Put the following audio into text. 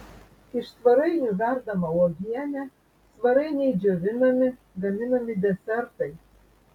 iš svarainių verdama uogienė svarainiai džiovinami gaminami desertai